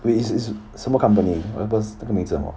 wait is is 什么 company 我也是不认识这个名字是什么